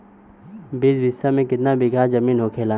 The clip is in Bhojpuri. बीस बिस्सा में कितना बिघा जमीन होखेला?